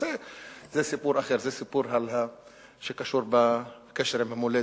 זה סיפור אחר, זה סיפור שקשור בקשר עם המולדת.